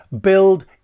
build